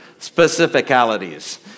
Specificalities